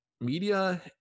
media